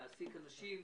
להעסיק אנשים,